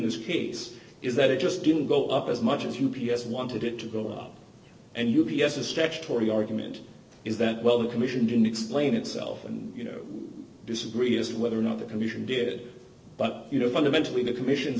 this case is that it just didn't go up as much as u p s wanted it to go on and you b s a statutory argument is that well the commission didn't explain itself and you know disagree is whether or not the commission did but you know fundamentally the commissions